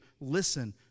listen